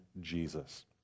Jesus